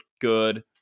good